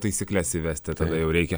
taisykles įvesti tada jau reikia